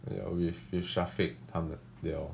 ya with with syafiq 他们 they all